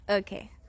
okay